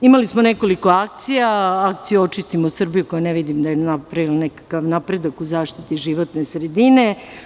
Imali smo nekoliko akcija, akcija „Očistimo Srbiju“ za koju ne vidim da je napravila nekakav napredak u zaštiti životne sredine.